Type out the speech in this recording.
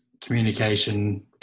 communication